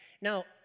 Now